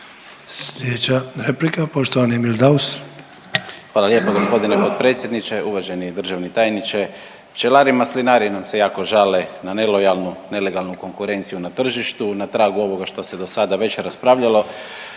Slijedeća replika poštovani Emil Daus. **Daus, Emil (IDS)** Hvala lijepo g. potpredsjedniče. Uvaženi državni tajniče, pčelari i maslinari nam se jako žale na nelojalnu i nelegalnu konkurenciju na tržištu i na tragu ovoga što se dosada već raspravljalo